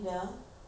how you know